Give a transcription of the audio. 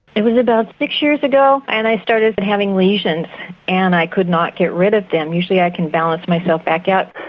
it was about six years ago and i started but having lesions and i could not get rid of them. usually i can balance myself back up.